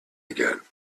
again